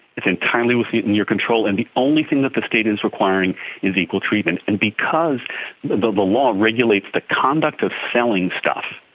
it's entirely within your control, and the only thing that the state is requiring is equal treatment. and because the but the law regulates the conduct of selling stuff,